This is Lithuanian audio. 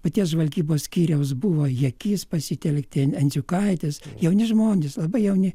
paties žvalgybos skyriaus buvo jakys pasitelkti andriukaitis jauni žmonės labai jauni